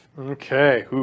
Okay